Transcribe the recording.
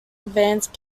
advance